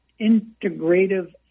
integrative